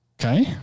Okay